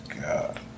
god